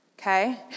Okay